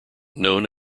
known